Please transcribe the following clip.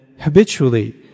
habitually